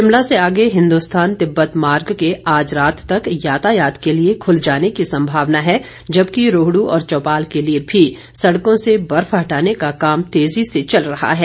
शिमला से आगे हिन्दुस्तान तिब्बत मार्ग के आज रात तक यातायात के लिए खुल जाने की संभावना है जबकि रोहडू और चौपाल के लिए भी सड़कों से बर्फ हटाने का काम तेजी से चल रहा है